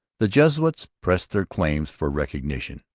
the jesuits pressed their claims for recognition,